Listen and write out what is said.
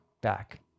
back